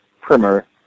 primer